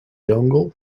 dongle